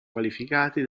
qualificati